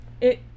it-